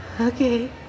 Okay